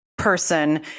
person